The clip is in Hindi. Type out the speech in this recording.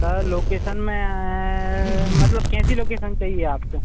सर लोकेसन में मतलब कैसी लोकेसन चाहिए आपको